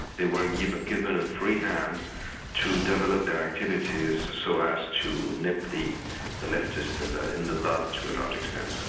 they were given given a free hand to develop their activities so as to nip the the leftist in the in the bud, to a large extent.